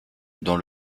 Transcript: dans